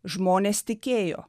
žmonės tikėjo